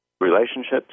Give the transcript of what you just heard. relationships